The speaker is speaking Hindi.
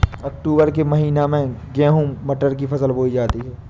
अक्टूबर के महीना में गेहूँ मटर की फसल बोई जाती है